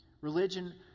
Religion